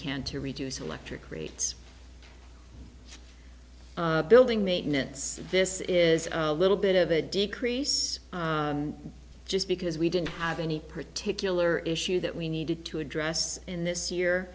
can to reduce electric rates building maintenance this is little bit of a decrease just because we didn't have any particular issue that we needed to address in this year